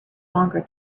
longer